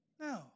No